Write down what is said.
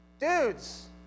DUDES